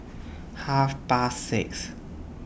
Half Past six